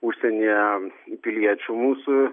užsienyje piliečių mūsų